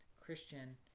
Christian